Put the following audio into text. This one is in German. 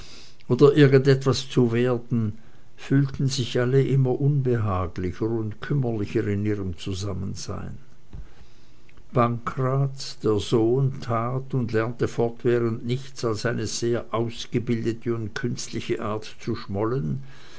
und irgend etwas zu werden fühlten sich alle immer unbehaglicher und kümmerlicher in ihrem zusammensein pankraz der sohn tat und lernte fortwährend nichts als eine sehr ausgebildete und künstliche art zu schmollen